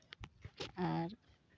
ᱟᱨ